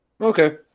Okay